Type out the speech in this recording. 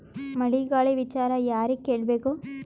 ಮಳೆ ಗಾಳಿ ವಿಚಾರ ಯಾರಿಗೆ ಕೇಳ್ ಬೇಕು?